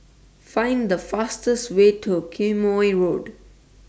Find The fastest Way to Quemoy Road